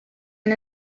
and